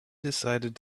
decided